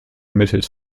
mittels